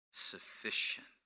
Sufficient